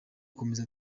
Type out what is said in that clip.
akomeza